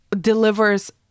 delivers